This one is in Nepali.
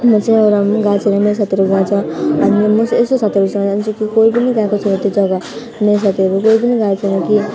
म चाहिँ एउटा गएको छैन मेरो साथीहरू गएको छ अनि म यस्तो साथीहरूसँग जान्छु कि कोही पनि गएको छैन त्यो जग्गा मेरो साथीहरू कोही पनि गएको छैन कि